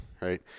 right